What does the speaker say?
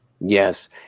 Yes